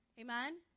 Amen